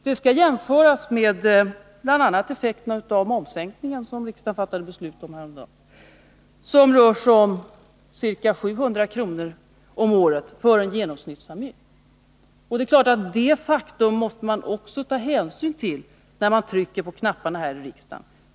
De effekterna skall bl.a. jämföras med effekterna av momssänkningen, som riksdagen fattade beslut om häromdagen — det rör sig om ca 700 kr. om året för en genomsnittsfamilj. Det är klart att man måste ta hänsyn till också detta faktum när man trycker på knapparna här i riksdagen.